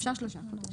אפשר שלושה חודשים.